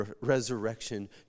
resurrection